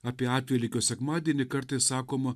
apie atvelykio sekmadienį kartais sakoma